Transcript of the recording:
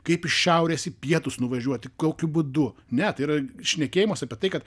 kaip iš šiaurės į pietus nuvažiuoti kokiu būdu net yra šnekėjimas apie tai kad